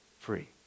free